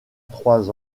trois